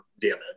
damage